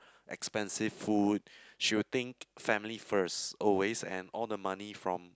expensive food she will think family first always and all the money from